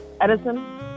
Edison